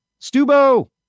Stubo